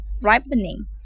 ripening